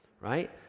right